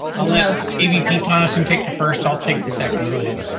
avp tonneson take the first, i'll take the second. go ahead.